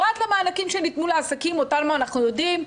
פרט למענקים שניתנו לעסקים אותם אנחנו יודעים,